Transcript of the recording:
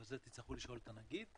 אבל זה תצטרכו לשאול את הנגיד.